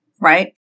right